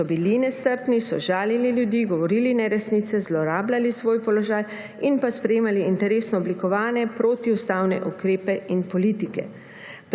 ki so bili nestrpni, so žalili ljudi, govorili neresnice, zlorabljali svoj položaj in sprejemali interesno oblikovane protiustavne ukrepe in politike.